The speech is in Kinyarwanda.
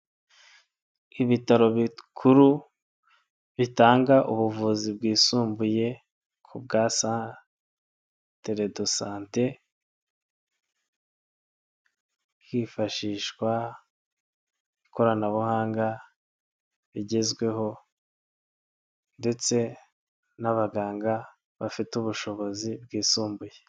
Ibitaro bikuru bitanga ubuvuzi bwisumbuye ku bwa santere do sante, hifashishwa ikoranabuhanga rigezweho ndetse n'abaganga bafite ubushobozi bwisumbuye.